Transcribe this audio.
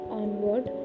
onward